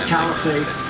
Caliphate